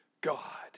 God